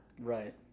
Right